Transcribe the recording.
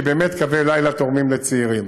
כי באמת קווי לילה תורמים לצעירים.